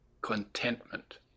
contentment